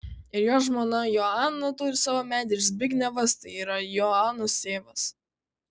ir jo žmona joana turi savo medį ir zbignevas tai yra joanos tėvas